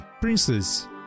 princess